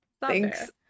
thanks